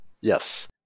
Yes